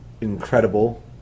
incredible